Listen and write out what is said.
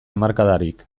hamarkadarik